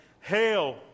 Hail